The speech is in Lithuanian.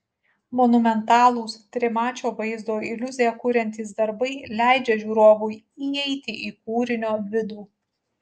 monumentalūs trimačio vaizdo iliuziją kuriantys darbai leidžia žiūrovui įeiti į kūrinio vidų